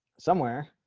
somewhere.